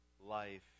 life